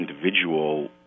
individual